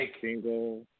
single